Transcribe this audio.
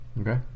Okay